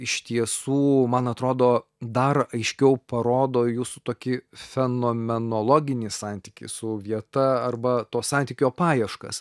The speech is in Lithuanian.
iš tiesų man atrodo dar aiškiau parodo jūsų tokį fenomenologinį santykį su vieta arba to santykio paieškas